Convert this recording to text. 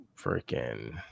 freaking